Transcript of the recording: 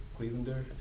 Clevelander